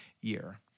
year